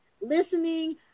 listening